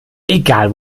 egal